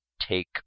take